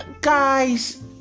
guys